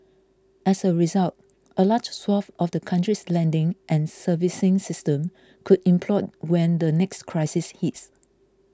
as a result a large swathe of the country's lending and servicing system could implode when the next crisis hits